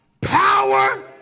power